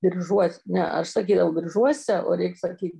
biržuos ne aš sakydavau biržuose o reik sakyt